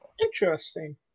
Interesting